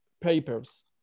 papers